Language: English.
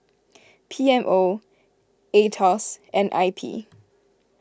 P M O Aetos and I P